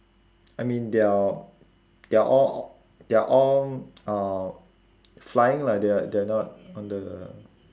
I mean they're they're all o~ they are all uh flying lah they're they're not on the